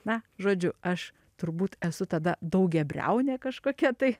na žodžiu aš turbūt esu tada daugiabriaunė kažkokia tai